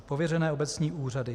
Pověřené obecní úřady: